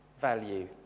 value